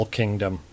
kingdom